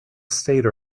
state